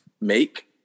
make